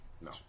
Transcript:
No